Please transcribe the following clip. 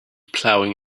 plowing